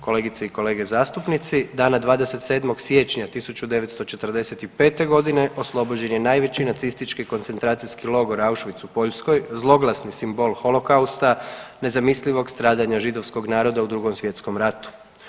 Kolegice i kolege zastupnici, dana 27. siječnja 1945. g. oslobođen je najveći nacistički koncentracijski logor Auschwitz u Poljskoj, zloglasni simbol holokausta, nezamislivog stradanja židovskog naroda u Drugom svjetskom ratu.